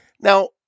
Now